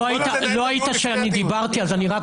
לא היית כשדיברתי אז רק,